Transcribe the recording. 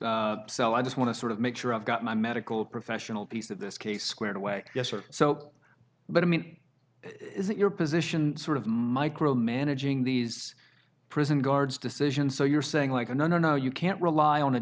so i just want to sort of make sure i've got my medical professional piece of this case squared away yes or so but i mean is it your position sort of micromanaging these prison guards decisions so you're saying like a no no no you can't rely on a